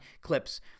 clips